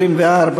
בעד,